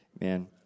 Man